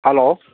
hello